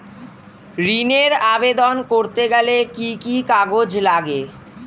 ঋণের আবেদন করতে গেলে কি কি কাগজ লাগে?